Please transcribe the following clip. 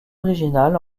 originale